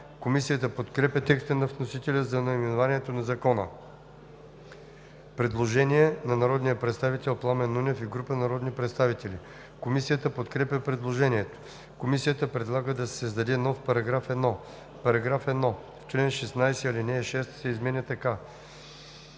Комисията подкрепя текста на вносителя за наименованието на Закона. Предложение на народния представител Пламен Нунев и група народни представители. Комисията подкрепя предложението. Комисията предлага да се създаде нов § 1: „§ 1. В чл. 16 ал. 6 се изменя така: